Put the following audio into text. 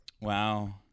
Wow